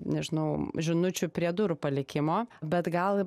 nežinau žinučių prie durų palikimo bet gal